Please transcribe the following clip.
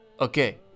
okay